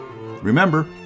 Remember